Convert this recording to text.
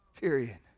period